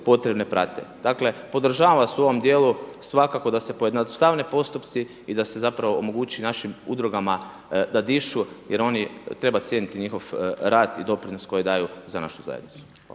potrebne prate. Dakle, podržavam vas u ovom dijelu svakako da se pojednostavne postupci i da se zapravo omogući našim udrugama da dišu, jer oni, treba cijeniti njihov rad i doprinos koji daju za našu zajednicu.